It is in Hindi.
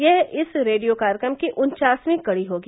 यह इस रेडियो कार्यक्रम की उन्चासवीं कड़ी होगी